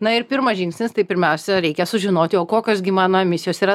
na ir pirmas žingsnis tai pirmiausia reikia sužinoti o kokios gi na emisijos yra